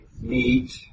meet